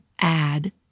add